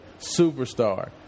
superstar